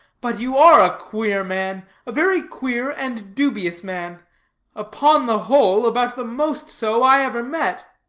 but you are a queer man a very queer and dubious man upon the whole, about the most so i ever met.